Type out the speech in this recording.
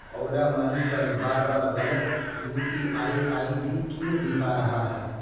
اولا Money پر بار بار غلط U P I I D کیوں دکھا رہا ہے